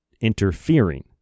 interfering